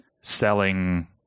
selling